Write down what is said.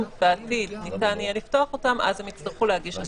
אם בעתיד ניתן יהיה לפתוח אותם, הם יצטרכו להגיש.